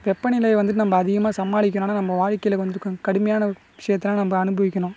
வெப்பநிலையை வந்து நம்ம அதிகமாக சமாளிக்கணும்னா நம்ம வாழ்க்கையில் கொஞ்ச கடுமையான விஷயத்தெல்லாம் நம்ம அனுபவிக்கணும்